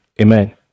Amen